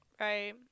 right